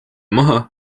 maha